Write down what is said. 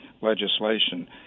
legislation